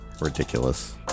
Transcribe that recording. Ridiculous